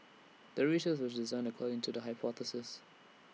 the research was designed according to the hypothesis